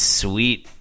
sweet